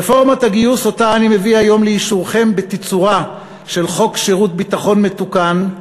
רפורמת הגיוס שאני מביא היום לאישורכם בצורה של חוק שירות ביטחון מתוקן,